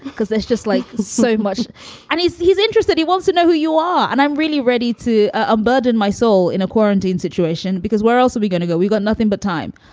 because there's just like so much and his his interest that he wants to know who you are. and i'm really ready to ah burden my soul in a quarantine situation, because where else are we going to go? we got nothing but time.